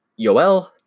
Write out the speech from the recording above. Yoel